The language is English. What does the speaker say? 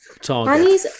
target